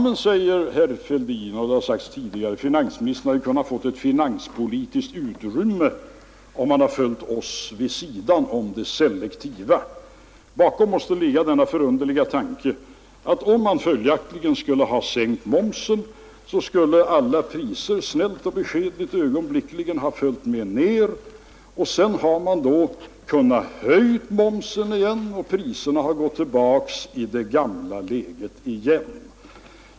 Men, säger herr Fälldin — och det har också sagts tidigare — finansministern hade ju kunnat få ett finanspolitiskt utrymme, om han genomfört vårt förslag vid sidan av de selektiva åtgärderna. Bakom detta måste ligga den förunderliga tanken att om man hade sänkt momsen, så skulle alla priser snällt och beskedligt ögonblickligen ha följt med ner, och sedan hade man kunnat höja momsen igen och priserna skulle ha gått tillbaka till det gamla läget.